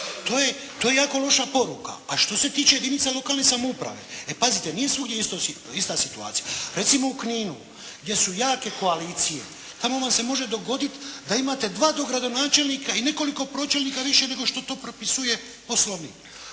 To je jako loša poruka, a što se tiče jedinica lokalne samouprave. E pazite, nije svugdje ista situacija. Recimo u Kninu gdje su jake koalicije. Tamo vam se može dogoditi da imate dva dogradonačelnika i nekoliko pročelnika više nego što to propisuje Poslovnik,